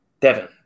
Devin